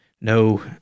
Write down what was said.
no